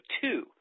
two